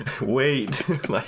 Wait